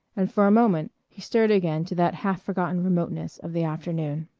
and for a moment he stirred again to that half-forgotten remoteness of the afternoon.